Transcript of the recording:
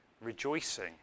rejoicing